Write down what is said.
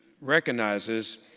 recognizes